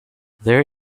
there